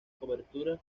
cobertura